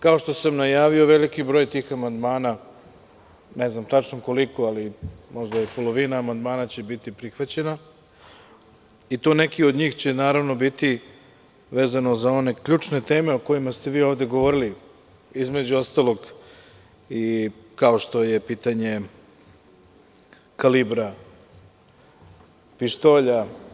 Kao što sam najavio, veliki broj tih amandmana, ne znam tačno koliko, ali možda i polovina amandmana će biti prihvaćena, i to neki od njih će naravno biti, vezano za one ključne teme o kojima ste vi ovde govorili, između ostalog i kao što je pitanje kalibra pištolja.